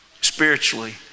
spiritually